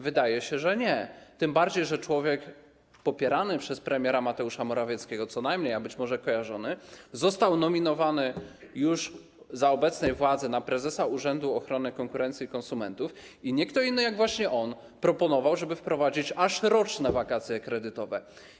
Wydaje się, że nie, tym bardziej że człowiek popierany przez premiera Mateusza Morawieckiego, co najmniej, a być może kojarzony, został nominowany już za obecnej władzy na prezesa Urzędu Ochrony Konkurencji i Konsumentów i nie kto inny jak właśnie on proponował, żeby wprowadzić aż roczne wakacje kredytowe.